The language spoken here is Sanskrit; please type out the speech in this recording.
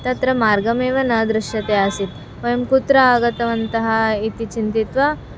तत्र मार्गमेव न दृश्यते आसीत् वयं कुत्र आगतवन्तः इति चिन्तयित्वा